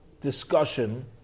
discussion